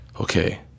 okay